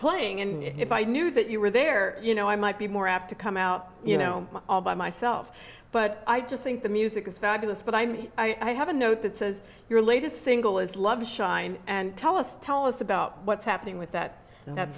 playing and if i knew that you were there you know i might be more apt to come out you know all by myself but i just think the music is fabulous but i mean i have a note that says your latest single is love shine and tell us tell us about what's happening with that